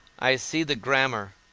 i see the grammar,